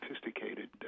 sophisticated